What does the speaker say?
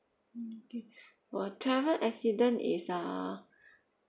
okay for travel accident is uh